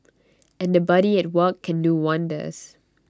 and A buddy at work can do wonders